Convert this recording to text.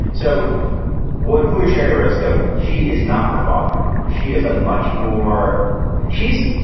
so what who is shari redstone? she is not her father. she is a much more she's,